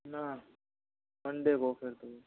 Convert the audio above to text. ना मंडे को फिर तो